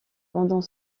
pendant